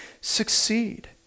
succeed